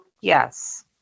Yes